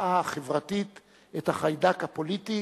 המחאה החברתית את החיידק הפוליטי